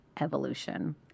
evolution